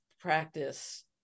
practice